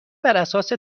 براساس